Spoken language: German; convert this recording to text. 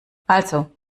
also